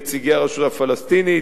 נציגי הרשות הפלסטינית,